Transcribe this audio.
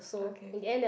okay K